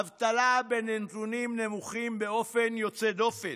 האבטלה בנתונים נמוכים באופן יוצא דופן,